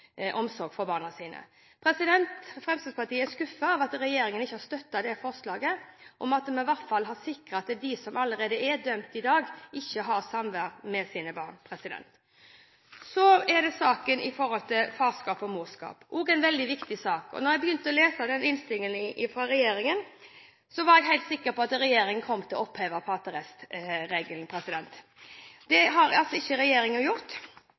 for barna sine. Fremskrittspartiet er skuffet over at regjeringspartiene ikke har støttet forslaget om at vi i hvert fall sikrer at de som allerede er dømt i dag, ikke har samvær med sine barn. Så til saken om farskap og morskap. Det er også en veldig viktig sak. Da jeg begynte å lese proposisjonen fra regjeringen, var jeg helt sikker på at regjeringen kom til å oppheve pater est-regelen. Det har regjeringen altså ikke gjort,